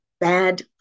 bad